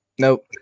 Nope